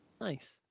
Nice